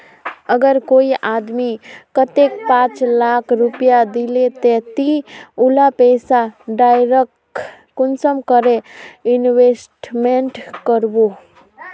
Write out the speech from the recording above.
अगर कोई आदमी कतेक पाँच लाख रुपया दिले ते ती उला पैसा डायरक कुंसम करे इन्वेस्टमेंट करबो?